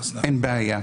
אין בעיה.